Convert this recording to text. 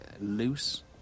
loose